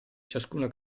ciascuna